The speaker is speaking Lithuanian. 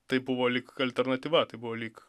tai buvo lyg alternatyva tai buvo lyg